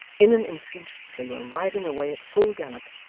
in an instant they were riding away, at full gallop,